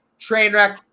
Trainwreck